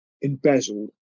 embezzled